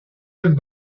elle